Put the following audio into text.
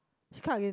she cut again